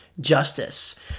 justice